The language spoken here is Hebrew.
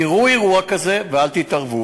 תראו אירוע כזה ואל תתערבו.